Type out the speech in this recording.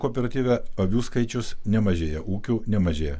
kooperatyve avių skaičius nemažėja ūkių nemažėja